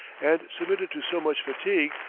and submitted to so much fatigue,